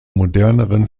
moderneren